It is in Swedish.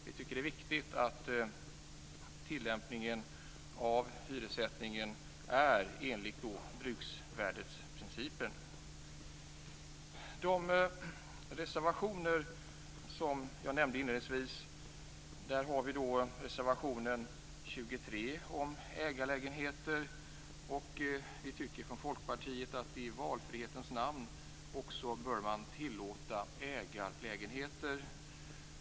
Vi tycker att det är viktigt att tillämpningen av hyressättningen är enligt bruksvärdesprincipen. Jag nämnde två reservationer inledningsvis. Reservation 23 handlar om ägarlägenheter. Vi i Folkpartiet tycker att man i valfrihetens namn också bör tillåta ägarlägenheter.